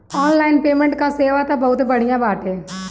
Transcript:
online payment कअ सेवा तअ बहुते बढ़िया बाटे